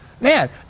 Man